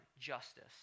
justice